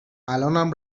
الانم